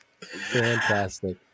fantastic